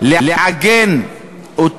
על-ידינו בניהול ציבורי מסודר,